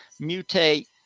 mutate